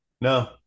No